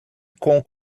com